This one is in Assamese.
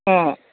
অঁ